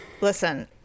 Listen